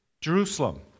Jerusalem